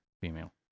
female